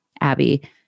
Abby